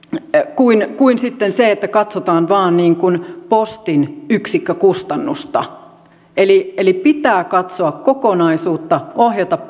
kuin kuin että katsotaan vain postin yksikkökustannusta eli eli pitää katsoa kokonaisuutta ohjata